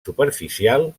superficial